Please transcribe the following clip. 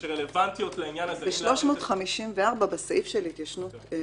זו תקופה שאם בימים כתיקונם אנו פותחים כל